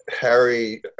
Harry